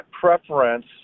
preference